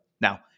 Now